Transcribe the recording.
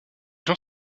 l’on